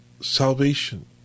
salvation